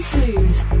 Smooth